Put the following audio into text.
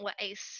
ways